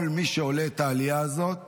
כל מי שעולה את העלייה הזאת